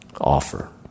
Offer